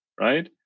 right